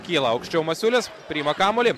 kyla aukščiau masiulis priima kamuolį